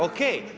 OK.